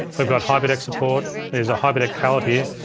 we've got hyperdeck support, there's a hyperdeck palette here.